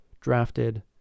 drafted